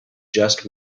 just